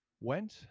Went